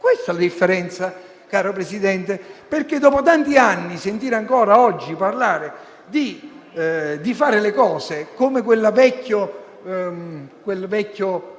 Questa è la differenza, caro Presidente. Dopo tanti anni sentiamo ancora oggi parlare di fare le cose come si diceva